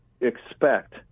expect